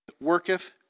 worketh